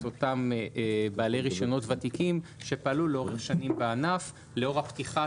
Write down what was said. אותם בעלי רישיונות ותיקים שפעלו לאורך שנים בענף לאור הפתיחה